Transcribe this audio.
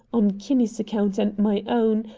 on kinney's account and my own,